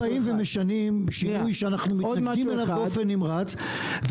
באים ומשנים שינוי שאנחנו מתנגדים אליו באופן נמרץ,